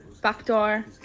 Backdoor